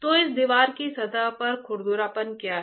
तो इस दीवार की सतह पर खुरदरापन क्या है